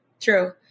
True